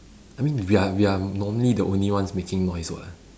I mean we are we are normally the only ones making noise [what]